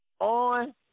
on